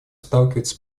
сталкивается